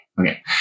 okay